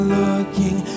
looking